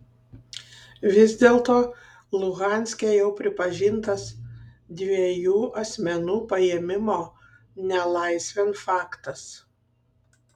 vis dėlto luhanske jau pripažintas dviejų asmenų paėmimo nelaisvėn faktas